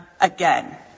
again